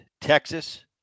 Texas